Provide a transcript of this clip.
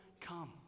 come